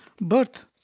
birth